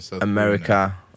America